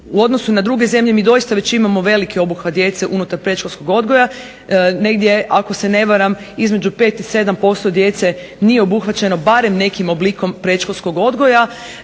U odnosu na druge zemlje mi doista već imamo veliki obuhvat djece unutar predškolskog odgoja. Negdje ako se ne varam između 5 i 7% djece nije obuhvaćeno barem nekim oblikom predškolskog odgoja.